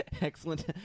Excellent